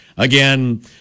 Again